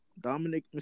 Dominic